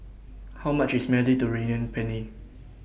How much IS Mediterranean Penne